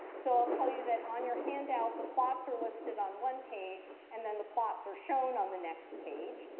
so i'll tell you that on your handout, the plots are listed on one page, and then the plots are shown on the next page.